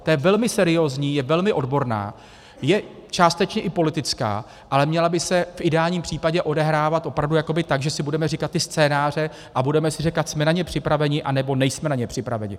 To je velmi seriózní, je velmi odborná, je částečně i politická, ale měla by se v ideálním případě odehrávat opravdu jakoby tak, že si budeme říkat ty scénáře a budeme si říkat, jsme na ně připraveni, anebo nejsme na ně připraveni.